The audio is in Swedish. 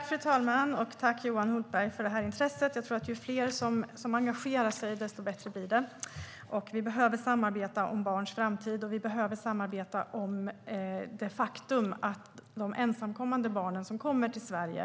Fru talman! Tack, Johan Hultberg, för intresset! Jag tror att ju fler som engagerar sig, desto bättre blir det. Vi behöver samarbeta om barns framtid, och vi behöver samarbeta om de ensamkommande barnen som kommer till Sverige.